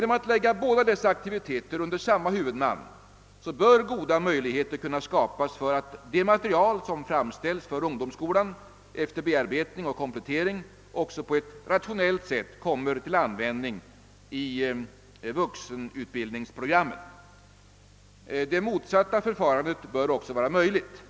Om båda dessa aktiviteter läggs under samma huvudman, bör goda möjligheter kunna skapas för att det material som framställts för ungdomsskolan efter bearbetning och komplettering på ett rationellt sätt kommer till användning också i vuxenutbildningsprogrammen. Även det motsatta förfarandet bör vara möjligt.